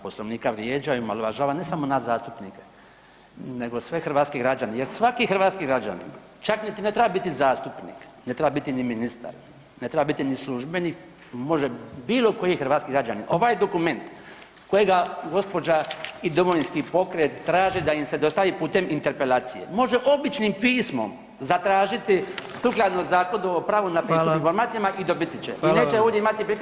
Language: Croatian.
Poslovnika vrijeđa i omalovažava ne samo nas zastupnike nego sve hrvatske građane jer svaki hrvatski građanin čak niti ne treba biti zastupnik, ne treba biti ni ministar, ne treba biti ni službenik može bilo koji hrvatski građanin, ovaj dokument kojega gospođa i Domovinski pokret traže da im se dostavi putem interpelacije može običnim pismom zatražiti sukladno Zakonu o pravu na pristup informacijama i dobiti će i neće ovdje imati prilike